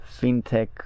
fintech